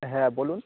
হ্যাঁ বলুন